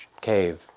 cave